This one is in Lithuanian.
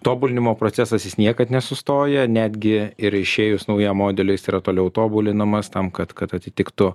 tobulinimo procesas jis niekad nesustoja netgi ir išėjus naujam modeliui jis yra toliau tobulinamas tam kad kad atitiktų